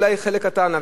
אולי חלק קטן,